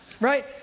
Right